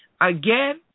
again